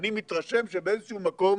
אני מתרשם שבאיזה שהוא מקום